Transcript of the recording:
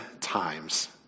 times